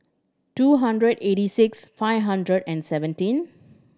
two hundred eighty six five hundred and seventeen